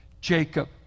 Jacob